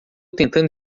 tentando